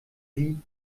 sie